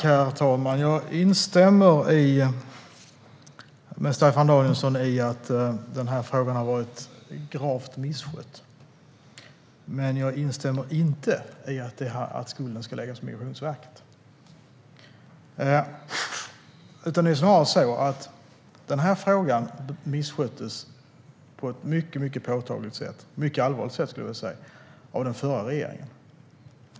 Herr talman! Jag instämmer med Staffan Danielsson i att den här frågan har varit gravt misskött, men jag instämmer inte i att skulden ska läggas på Migrationsverket. Den här frågan missköttes på ett mycket allvarligt sätt av den förra regeringen.